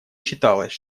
считалось